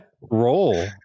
roll